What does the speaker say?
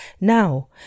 Now